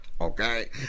okay